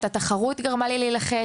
התחרות גרמה לי ללחץ,